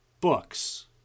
books